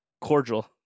cordial